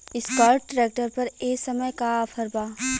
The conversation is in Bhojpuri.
एस्कार्ट ट्रैक्टर पर ए समय का ऑफ़र बा?